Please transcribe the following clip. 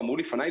ואמרו לפני,